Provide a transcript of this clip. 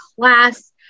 class